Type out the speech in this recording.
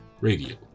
radio